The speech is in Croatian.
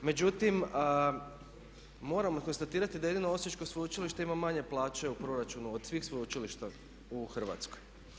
Međutim, moramo konstatirati da jedino Osječko sveučilište ima manje plaće u proračunu od svih sveučilišta u Hrvatskoj.